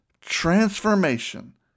transformation